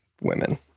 women